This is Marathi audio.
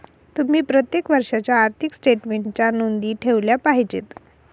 तुम्ही प्रत्येक वर्षाच्या आर्थिक स्टेटमेन्टच्या नोंदी ठेवल्या पाहिजेत